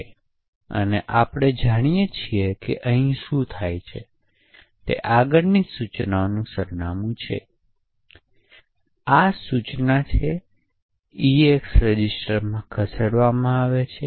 તેથી આપણે જાણીએ છીએ કે અહીં શું થાય છે તે આગળની સૂચનાનું સરનામું છે તે આ સૂચના છે EAX રજિસ્ટરમાં ખસેડવામાં આવે છે